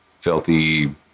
filthy